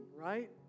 right